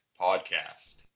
Podcast